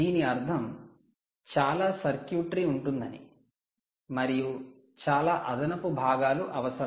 దీని అర్థం చాలా సర్క్యూట్రీ ఉంటుంది మరియు చాలా అదనపు భాగాలు అవసరం